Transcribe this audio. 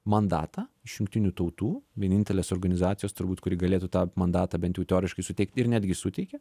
mandatą iš jungtinių tautų vienintelės organizacijos turbūt kuri galėtų tą mandatą bent jau teoriškai suteikt ir netgi suteikia